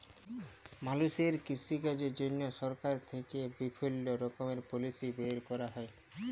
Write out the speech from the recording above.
মালুষের কৃষিকাজের জন্হে সরকার থেক্যে বিভিল্য রকমের পলিসি বের ক্যরা হ্যয়